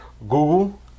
google